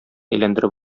әйләндереп